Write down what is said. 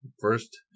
first